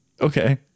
Okay